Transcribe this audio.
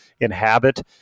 inhabit